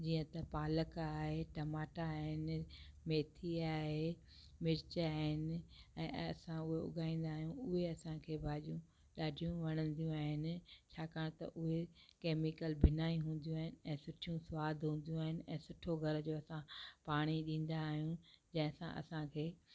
जीअं त पालक आहे टमाटा आहिनि मैथी आहे मिर्च आहिनि ऐं असां उहे उॻाईंदा आहियूं उहे असांखे भाॼियूं ॾाढियूं वणंदियूं आहिनि छाकाणि त उहे केमिकल बिना ई हूंदियूं आहिनि ऐं सुठियूं स्वादु हूंदियूं आहिनि ऐं सुठो घर जो असां पाणी ॾींदा आहियूं जंहिंसां असांखे